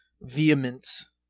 vehemence